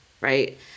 right